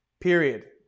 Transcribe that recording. period